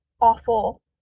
awful